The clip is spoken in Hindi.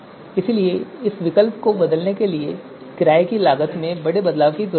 इसलिए इस विकल्प को बदलने के लिए किराये की लागत में बड़े बदलाव की जरूरत होगी